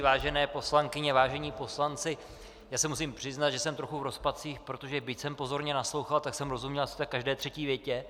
Vážené poslankyně, vážení poslanci, já se musím přiznat, že jsem trochu v rozpacích, protože byť jsem pozorně naslouchal, tak jsem rozuměl asi tak každé třetí větě.